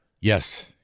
yes